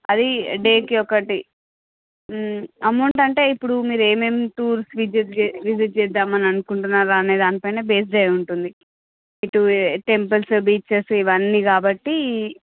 అది డేకి ఒకటి అమౌంట్ అంటే ఇప్పుడు మీరు ఏమేమి టూర్ విజిట్ విజిట్ చేద్దామనుకుంటున్నారో అనే దాని పైన బెస్డ్ అయి ఉంటుంది ఇటు టెంపుల్స్ బీచెస్ ఇవన్నీ కాబట్టి